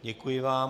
Děkuji vám.